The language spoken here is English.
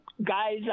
Guys